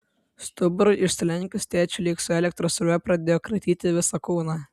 stuburui išsilenkus tėčiui lyg su elektros srove pradėjo kratyti visą kūną